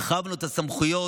הרחבנו את הסמכויות,